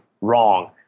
Wrong